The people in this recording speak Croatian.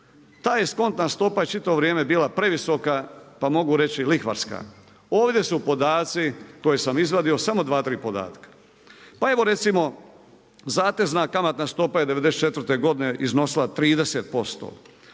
Ta eskontna stopa je čitavo vrijeme bila previsoka, pa mogu reći lihvarska. Ovdje su podaci koje sam izvadio, samo dva, tri podatka. Pa evo recimo zatezna kamatna stopa je '94. godine iznosila 30%,